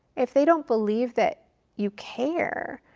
if they don't believe that you care,